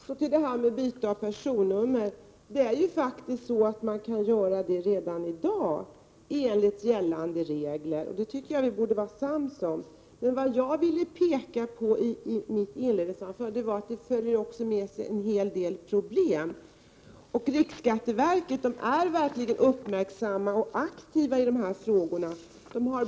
Så till frågan om byte av personnummer, Det är faktiskt så att man enligt gällande regler kan göra ett byte redan i dag. Det borde vi vara överens om. Men vad jag ville framhålla i mitt inledningsanförande var att det också för med sig en hel del problem. Inom riksskatteverket är man mycket uppmärksam och aktiv i dessa frågor.